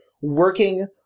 working